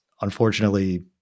unfortunately